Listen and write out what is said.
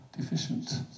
deficient